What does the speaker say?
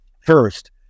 first